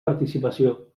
participació